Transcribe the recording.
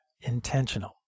intentional